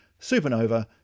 supernova